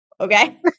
Okay